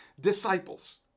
disciples